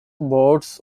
boards